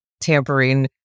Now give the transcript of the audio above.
tampering